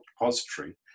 depository